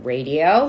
Radio